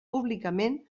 públicament